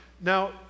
Now